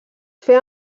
fer